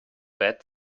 bed